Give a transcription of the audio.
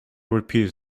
repeated